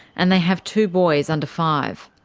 and they have two boys under five.